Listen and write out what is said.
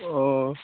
অঁ